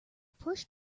pushed